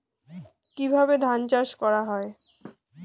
কিভাবে ধান চাষ করা হয়?